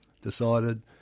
decided